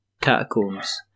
Catacombs